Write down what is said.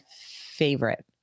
favorite